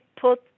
put